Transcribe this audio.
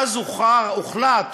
ואז הוחלט